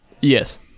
Yes